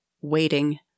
waiting